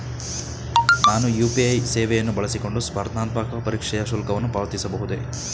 ನಾನು ಯು.ಪಿ.ಐ ಸೇವೆಯನ್ನು ಬಳಸಿಕೊಂಡು ಸ್ಪರ್ಧಾತ್ಮಕ ಪರೀಕ್ಷೆಯ ಶುಲ್ಕವನ್ನು ಪಾವತಿಸಬಹುದೇ?